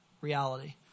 reality